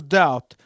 doubt